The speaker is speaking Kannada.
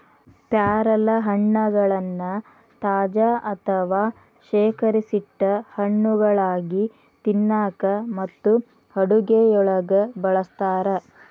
ಪ್ಯಾರಲಹಣ್ಣಗಳನ್ನ ತಾಜಾ ಅಥವಾ ಶೇಖರಿಸಿಟ್ಟ ಹಣ್ಣುಗಳಾಗಿ ತಿನ್ನಾಕ ಮತ್ತು ಅಡುಗೆಯೊಳಗ ಬಳಸ್ತಾರ